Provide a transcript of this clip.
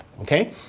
Okay